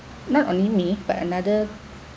not only me but another